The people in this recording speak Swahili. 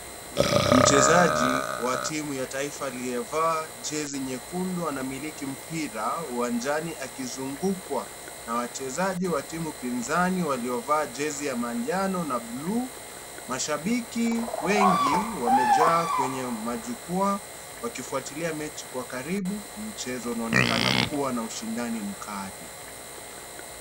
Mchezaji wa timu ya taifa aliyevaa jezi nyekundu anamiliki mpira uwanjani akizungukwa na wachezaji wa timu pinzani waliovaa jezi ya manjano na buluu mashabiki wengi wamejaa kwenye majukwaa wakifuatilia mechi kwa karibu, mchezo unaonekana kuwa na ushindani mkali.